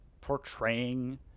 portraying